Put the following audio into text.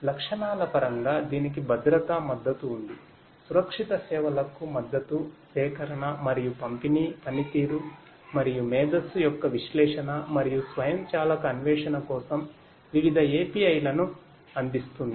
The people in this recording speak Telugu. లక్షణాల పరంగా దీనికి భద్రతా మద్దతు ఉందిసురక్షిత సేవలకు మద్దతు సేకరణ మరియు పంపిణీ పనితీరు మరియు మేధస్సు యొక్క విశ్లేషణ మరియు స్వయంచాలక అన్వేషణ కోసం వివిధ API లను అందిస్తుంది